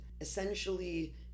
essentially